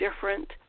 different